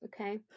okay